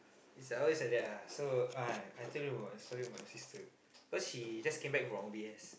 is always like that ah so ah I tell you about a story about my sister cause she just came back from O_B_S